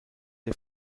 der